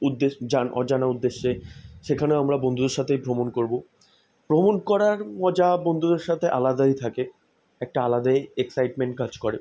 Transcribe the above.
অজানা উদ্দেশ্যে সেখানেও আমরা বন্ধুদের সাথে ভ্রমণ করব ভ্রমণ করার মজা বন্ধুদের সাথে আলাদাই থাকে একটা আলাদাই এক্সাইটমেন্ট কাজ করে